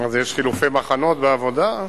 יש חילופי מחנות בעבודה?